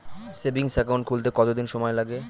Savings account খুলতে কতদিন সময় লাগে?